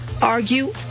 argue